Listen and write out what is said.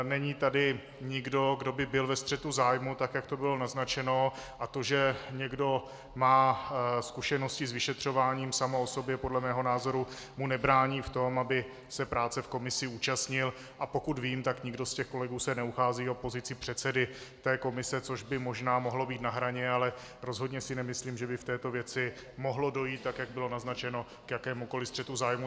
Není tady nikdo, kdo by byl ve střetu zájmů, tak jak to bylo naznačeno, a to, že někdo má zkušenosti s vyšetřováním, samo o sobě podle mého názoru mu nebrání v tom, aby se práce v komisi účastnil, a pokud vím, tak nikdo z těch kolegů se neuchází o pozici předsedy té komise, což by možná mohlo být na hraně, ale rozhodně si nemyslím, že by v této věci mohlo dojít, tak jak bylo naznačeno, k jakémukoliv střetu zájmů.